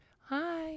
hi